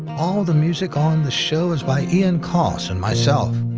all the music on the show is by ian coss and myself,